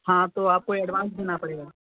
हाँ तो आपको एड्वान्स देना पड़ेगा